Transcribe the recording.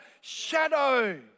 shadow